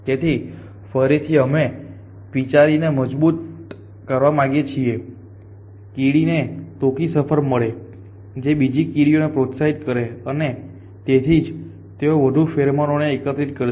તેથી ફરીથી અમે એ વિચારને મજબૂત કરવા માંગીએ છીએ કે કીડી ને ટૂંકી સફર મળે જે બીજી કીડીને પ્રોત્સાહિત કરશે અને તેથી જ તેઓ વધુ ફેરોમોન એકત્રિત કરશે